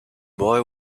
boy